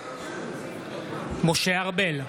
משה ארבל,